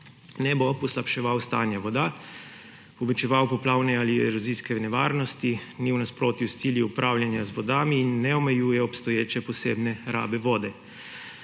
ne bo poslabševal stanja voda, povečeval poplavne ali erozijske nevarnosti, ni v nasprotju s cilji upravljanja z vodami in ne omejuje obstoječe posebne rabe vode.